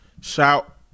shout